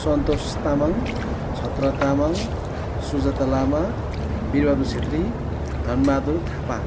Santosh Tamang Chhatra Tamang Sujata Lama Bir Bahadur Chhetri Dhan Bahadur Thapa